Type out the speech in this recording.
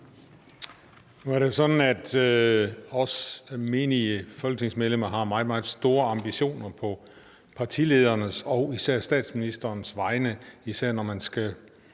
Nu er det jo sådan, at vi menige folketingsmedlemmer har meget, meget store ambitioner på partiledernes og især statsministerens vegne, især når man skal